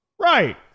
Right